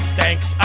thanks